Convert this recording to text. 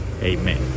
Amen